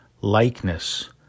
likeness